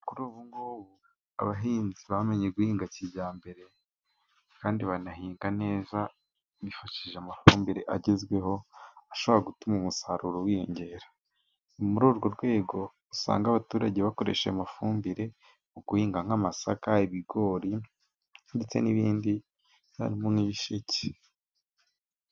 Abahinzi bamenye guhinga kijyambere kandi banahinga neza bifashishije amafumbire agezweho ashobora gutuma umusaruro wiyongera. Muri urwo rwego usanga abaturage bakoresheje amafumbire mu guhinga nk'amasaka, ibigori, ndetse n'ibindi n'ibisheke.